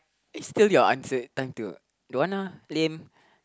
it's still your answer time to don't want lah lame